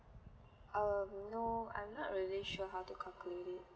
um no I'm not really sure how to calculate it